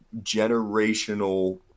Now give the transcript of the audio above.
generational